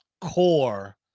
core